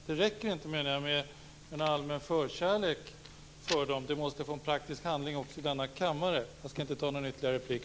Det räcker inte med en allmän förkärlek för dem. Det måste också till praktisk handling i denna kammare. Herr talman! Jag skall inte ta någon ytterligare replik.